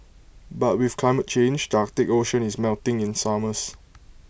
but with climate change the Arctic ocean is melting in summers